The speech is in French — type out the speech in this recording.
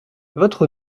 votre